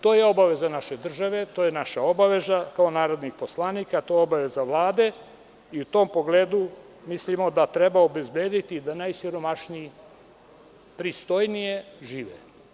To je obaveza naše države, naša obaveza kao narodnih poslanika, to je obaveza Vlade i u tom pogledu mislimo da treba obezbediti da najsiromašniji pristojnije žive.